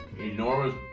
enormous